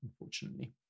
unfortunately